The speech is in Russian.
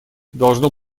должно